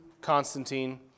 Constantine